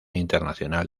internacional